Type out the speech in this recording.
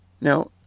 Now